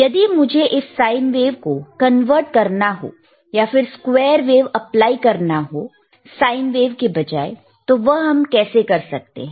यदि मुझे इस साइन वेव को कन्वर्ट करना हो या फिर स्क्वेयर वेव अप्लाई करना हो साइन वेव के बजाय तो वह हम कैसे कर सकते हैं